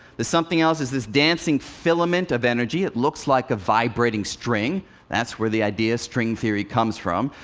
this something else is this dancing filament of energy. it looks like a vibrating string that's where the idea, string theory comes from.